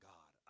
God